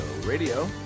Radio